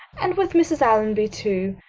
and with mrs. allonby too!